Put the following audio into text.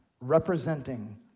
representing